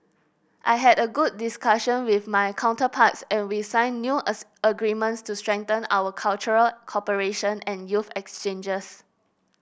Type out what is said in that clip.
I had a good discussion with my counterparts and we signed new agreements to strengthen our cultural cooperation and youth exchanges